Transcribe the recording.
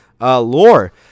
lore